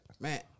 Man